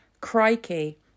crikey